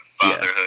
Fatherhood